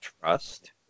trust